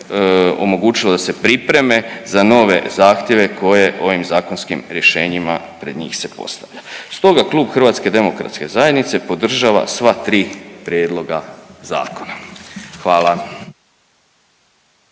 omogućilo da se pripreme za nove zahtjeve koje ovim zakonskim rješenjima pred njih se postavlja. Stoga Klub HDZ-a podržava sva tri prijedloga zakona, hvala.